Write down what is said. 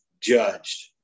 judged